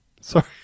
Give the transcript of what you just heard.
Sorry